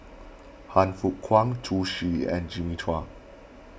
Han Fook Kwang Zhu Xu and Jimmy Chua